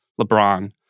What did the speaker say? LeBron